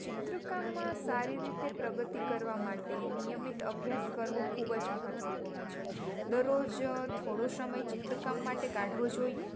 ચિત્ર કામમાં સારી રીતે પ્રગતિ કરવા માટે નિયમિત અભ્યાસ કરવો ખૂબ જ મહત્વપૂર્ણ છે દરરોજ થોડો સમય ચિત્ર કામ માટે કાઢવો જોઈએ